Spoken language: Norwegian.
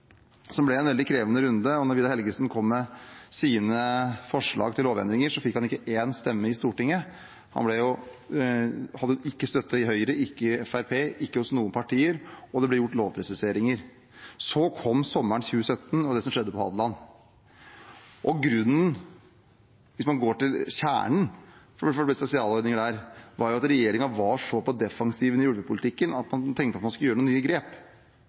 som ble en veldig krevende runde. Da Vidar Helgesen kom med sine forslag til lovendringer, fikk han ikke én stemme i Stortinget. Han hadde ikke støtte i Høyre, ikke i Fremskrittspartiet, ikke hos noen partier, og det ble gjort lovpresiseringer. Så kom sommeren 2017 og det som skjedde på Hadeland. Og grunnen, hvis man går til kjernen – det var blitt spesialordninger der – var at regjeringen var så på defensiven i ulvepolitikken at man tenkte at man skulle gjøre noen nye grep,